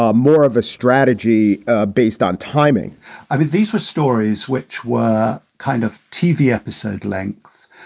um more of a strategy ah based on timing i mean, these were stories which were kind of tv episode lengths.